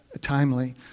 timely